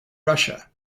russia